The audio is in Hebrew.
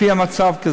לפי המצב,